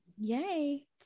Yay